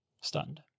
stunned